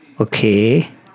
Okay